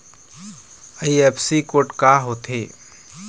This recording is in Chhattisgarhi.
आई.एफ.एस.सी कोड का होथे?